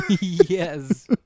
Yes